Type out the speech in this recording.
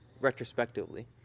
retrospectively